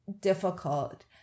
difficult